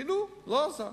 פינו, לא עזר.